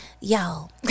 y'all